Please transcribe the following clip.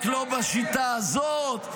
רק לא בשיטה הזאת.